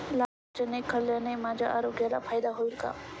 लाल चणे खाल्ल्याने माझ्या आरोग्याला फायदा होईल का?